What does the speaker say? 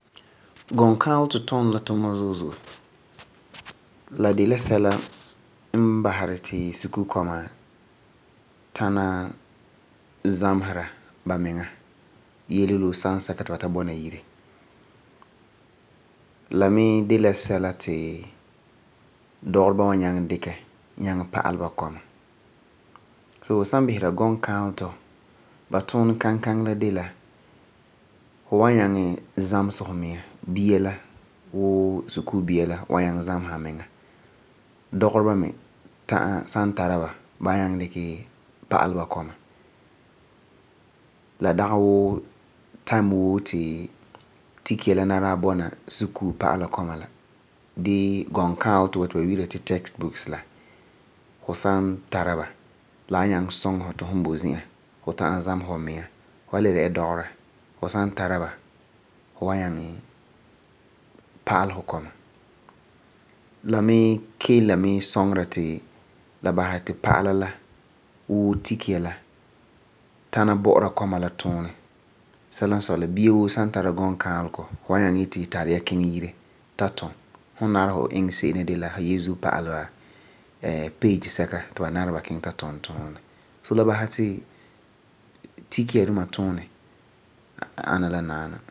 Gunkaaletɔ tuni la tuuma zo'e zo'e. La de la n biseri ti sukuu kɔma tana zamesera ba miŋa yeleyele wuu sansɛka ti ba ta bɔna yire. La mi de la sɛka ti dɔgereba wan nyaŋɛ dikɛ nyakŋɛ pa'alɛ ba kɔma. So, fu san bisera gunkaaletɔ ba tuuni kankaŋi la de la fu san nyaŋɛ zamesɛ fu miŋa gee dɔgera ba mi san tara ba, ba wan nyaŋɛ dikɛ pa'ala ba kɔma. La dagi wuu time woo ti tikya la nari ti a bɔna sukuu pa'ala kɔma la dee gunkaaletɔ wa ti ba yi'ira Ba ti text books la, fu san tara ba la wan nyaŋɛ suŋɛ ti fu zamesa funiŋa. Fu nari fu iŋɛ se'em la de la fu Yeesu pa'alɛ page sɛka ti ba nara ba kiŋɛ ta tum yuunɛ la. So, la basɛ ti tikya duma tuunɛ ana la naana.